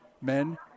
Men